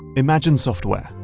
imagine software,